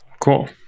Cool